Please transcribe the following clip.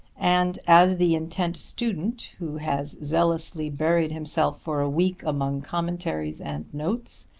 and as the intent student, who has zealously buried himself for a week among commentaries and notes,